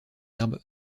herbes